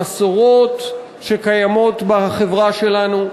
המסורות שקיימות בחברה שלנו.